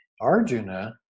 arjuna